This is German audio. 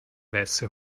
weiße